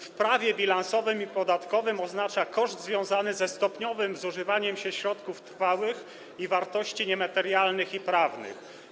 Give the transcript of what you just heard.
W prawie bilansowym i podatkowym oznacza koszt związany ze stopniowym zużywaniem się środków trwałych oraz wartości niematerialnych i prawnych.